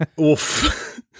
Oof